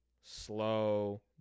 slow